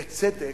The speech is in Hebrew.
בצדק,